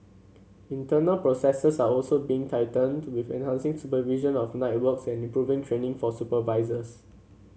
internal processes are also being tightened with enhancing supervision of night works and improving training for supervisors